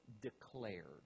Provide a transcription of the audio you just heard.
declared